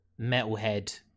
metalhead